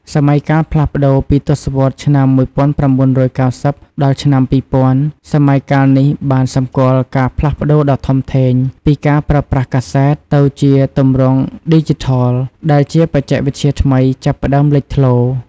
សម័យកាលផ្លាស់ប្តូរ ពីទសវត្សរ៍ឆ្នាំ ១៩៩០ ដល់ឆ្នាំ ២០០០ សម័យកាលនេះបានសម្គាល់ការផ្លាស់ប្ដូរដ៏ធំធេងពីការប្រើប្រាស់កាសែត ទៅជាទម្រង់ឌីជីថល ដែលជាបច្ចេកវិទ្យាថ្មីចាប់ផ្ដើមលេចធ្លោ។